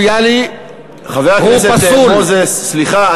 סקטוריאלי הוא פסול, חבר הכנסת מוזס, סליחה.